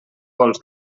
pols